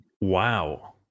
Wow